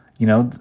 you know,